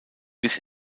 bis